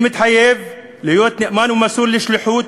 אני מתחייב להיות נאמן ומסור לשליחות,